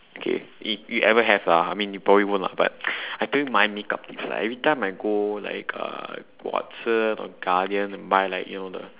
K if you ever have lah I mean you probably won't lah but I tell you my makeup tips lah every time you go like uh watsons or guardian and buy like you know the